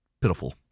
pitiful